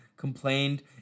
Complained